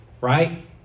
Right